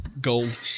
gold